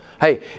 Hey